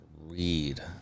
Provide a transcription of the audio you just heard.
read